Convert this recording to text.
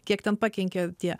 kiek ten pakenkė tie